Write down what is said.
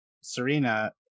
Serena